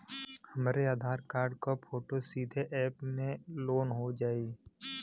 हमरे आधार कार्ड क फोटो सीधे यैप में लोनहो जाई?